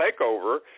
takeover